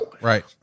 Right